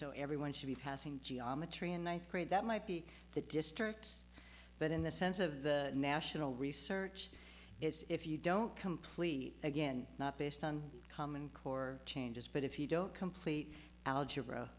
so everyone should be passing geometry and one thing that might be the districts but in the sense of the national research is if you don't complete again not based on common core changes but if you don't complete algebra